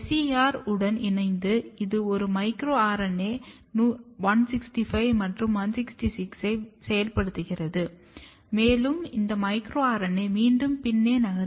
SER உடன் இணைந்து இது ஒரு மைக்ரோ RNA 165 மற்றும் 166 ஐ செயல்படுத்துகிறது மேலும் இந்த மைக்ரோ RNA மீண்டும் பின்னே நகர்கிறது